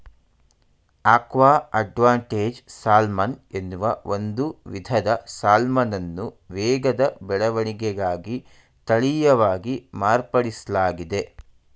aqua advantage salmon ಎನ್ನುವ ಒಂದು ವಿಧದ ಸಾಲ್ಮನನ್ನು ವೇಗದ ಬೆಳವಣಿಗೆಗಾಗಿ ತಳೀಯವಾಗಿ ಮಾರ್ಪಡಿಸ್ಲಾಗಿದೆ